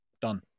Done